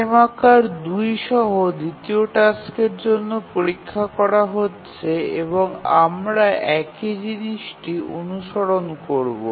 frame আকার ২ সহ দ্বিতীয় টাস্কের জন্য পরীক্ষা করা হচ্ছে এবং আমরা একই জিনিসটি অনুসরণ করব